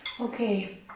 Okay